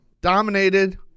Dominated